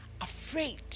afraid